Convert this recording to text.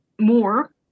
more